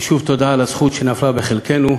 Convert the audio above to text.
ושוב, תודה על הזכות שנפלה בחלקנו.